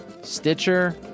Stitcher